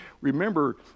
remember